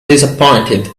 disappointed